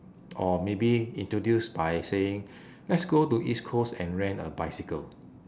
or maybe introduce by saying let's go to east coast and rent a bicycle